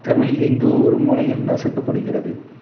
தமிழ் எங்கோ ஒரு மூலையில் நசுக்கப்படுகிறது